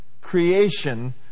creation